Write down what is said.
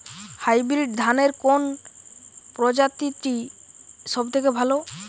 Hybrid ধানের কোন প্রজীতিটি সবথেকে ভালো?